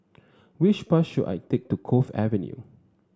which bus should I take to Cove Avenue